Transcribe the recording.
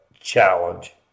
challenge